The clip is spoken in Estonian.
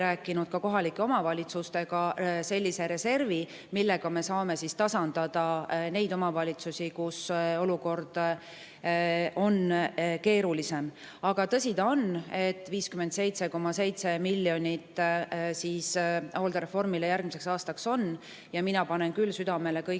rääkinud kohalike omavalitsustega ka sellise reservi, millega me saame tasandada [puudujääki] neis omavalitsustes, kus olukord on keerulisem. Aga tõsi ta on, et 57,7 miljonit hooldereformile järgmiseks aastaks on. Mina panen küll südamele